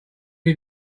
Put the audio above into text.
you